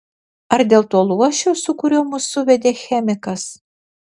ar dėl to luošio su kuriuo mus suvedė chemikas